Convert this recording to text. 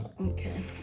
Okay